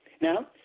Now